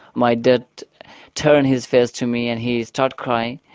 my dad turned his face to me and he started crying.